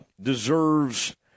deserves